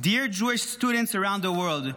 Dear Jewish students around the world,